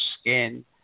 skin